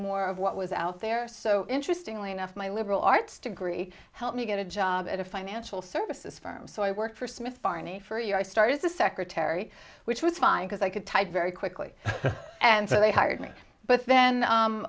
more of what was out there so interesting lee enough my liberal arts degree helped me get a job at a financial services firm so i worked for smith barney for a year i started as a secretary which was fine because i could type very quickly and so they hired me but then